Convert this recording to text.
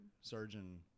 surgeon